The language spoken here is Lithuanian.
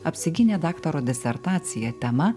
apsigynė daktaro disertaciją tema